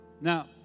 Now